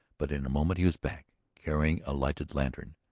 but in a moment he was back carrying a lighted lantern.